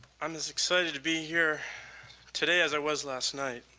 i'm as excited to be here today, as i was last night,